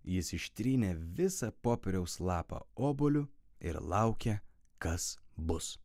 jis ištrynė visą popieriaus lapą obuoliu ir laukė kas bus